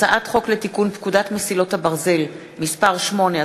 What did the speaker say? לקריאה ראשונה,